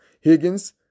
Higgins